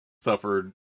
suffered